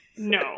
No